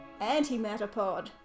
AntimatterPod